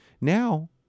Now